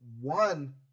one